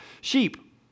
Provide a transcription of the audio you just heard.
sheep